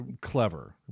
clever